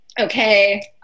okay